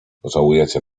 pożałujecie